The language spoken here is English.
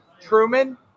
Truman